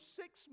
six